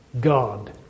God